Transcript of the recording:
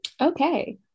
Okay